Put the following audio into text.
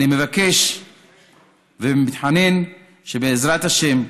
אני מבקש ומתחנן שבעזרת השם,